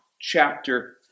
chapter